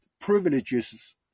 privileges